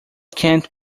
can’t